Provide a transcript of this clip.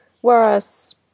whereas